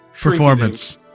Performance